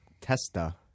testa